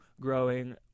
growing